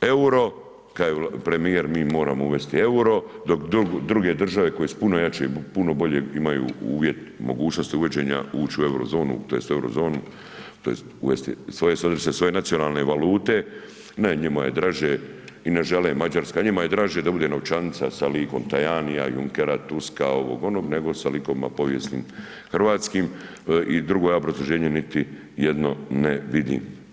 EUR-o, kaže premijer mi moramo uvesti EUR-o, dok druge države koje su puno jače, puno bolje imaju uvjet, mogućnost uvođenja, uć' u eurozonu to jest eurozonu, to jest uvesti ... nacionalne valute, ne, njima je draže i ne žele, Mađarska, njima je draže da bude novčanica sa likom Tajanija, Junckera, Tuska, ovog-onog nego sa likovima povijesnim hrvatskim, i drugo, ja obrazloženje niti jedno ne vidim.